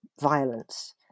violence